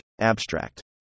abstract